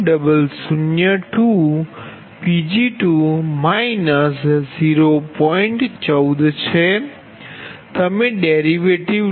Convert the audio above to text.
તમે વ્યુત્પન્ન લો